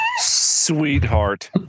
Sweetheart